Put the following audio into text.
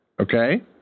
Okay